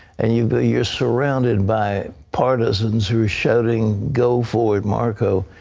and you're you're surrounded by partisans who are shouting, go for it, marco.